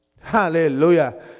Hallelujah